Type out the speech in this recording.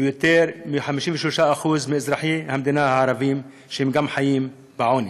ויותר מ-53% מאזרחי המדינה הערבים חיים בעוני.